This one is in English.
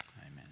Amen